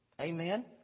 Amen